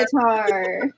guitar